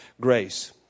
grace